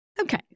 Okay